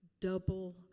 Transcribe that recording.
Double